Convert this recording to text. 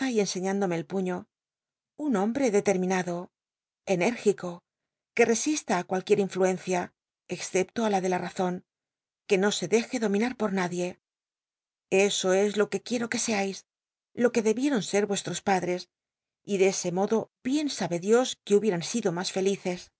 enseñándome el puño un hombre dcleminado enérgico que resista á cualquie a influencia excepto á la de la razon que no se deje dominar por nadie eso es lo que quiero que seais lo que debieron ser vuestros padres y de ese modo bien sabe dios que hubieran sido mas felices